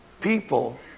people